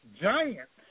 giants